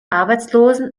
arbeitslosen